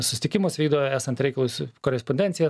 susitikimus vykdo esant reikalui su korespondencija